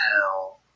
hell